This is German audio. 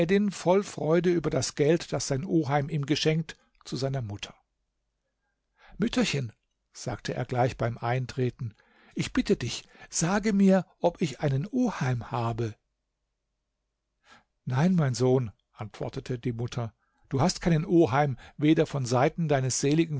voll freude über das geld das sein oheim ihm geschenkt zu seiner mutter mütterchen sagte er gleich beim eintreten ich bitte dich sage mir ob ich einen oheim habe nein mein sohn antwortete die mutter du hast keinen oheim weder von seiten deines seligen